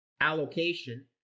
allocation